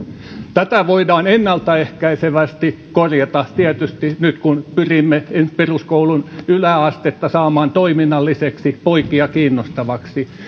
tätä voidaan ennaltaehkäisevästi korjata tietysti nyt kun pyrimme peruskoulun yläastetta saamaan toiminnalliseksi poikia kiinnostavaksi